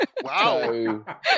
Wow